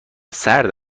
سرد